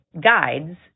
guides